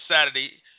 Saturday